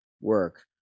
work